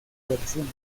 versión